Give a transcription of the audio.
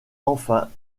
enfin